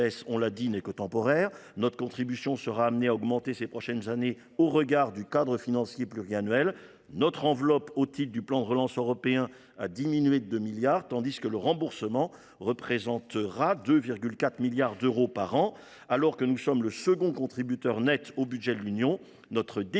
diminution n’est que temporaire ; notre contribution est amenée à augmenter au cours des prochaines années au regard du cadre financier pluriannuel. Notre enveloppe au titre du plan de relance européen a diminué de 2 milliards d’euros, tandis que le remboursement représentera 2,4 milliards d’euros par an. En outre, alors que nous sommes le second contributeur net au budget de l’Union, notre déficit